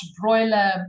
broiler